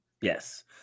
Yes